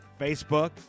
Facebook